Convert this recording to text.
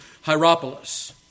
Hierapolis